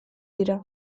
dira